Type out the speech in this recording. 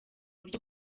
buryo